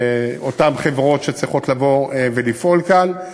אותן חברות שצריכות לבוא ולפעול כאן.